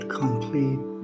complete